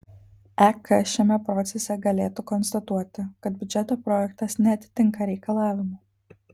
ek šiame procese galėtų konstatuoti kad biudžeto projektas neatitinka reikalavimų